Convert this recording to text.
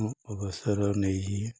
ମୁଁ ଅବସର ନେଇ